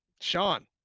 Sean